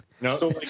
No